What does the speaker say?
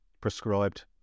prescribed